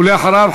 ואחריו,